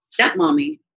stepmommy